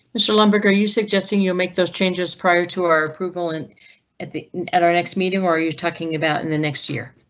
mr. lamb burger, you suggesting you make those changes prior to our approval and at the at our next meeting? or are you talking about in the next year,